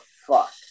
fuck